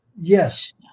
Yes